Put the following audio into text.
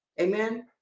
Amen